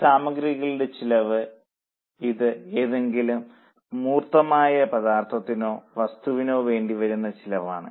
ഇനി സാമഗ്രികളുടെ ചെലവ് ഇത് ഏതെങ്കിലും മൂർത്തമായ പദാർത്ഥത്തിനോ വസ്തുവിനോ വേണ്ടി വരുന്ന ചിലവാണ്